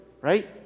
right